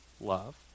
love